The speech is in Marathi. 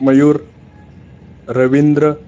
मयूर रवींद्र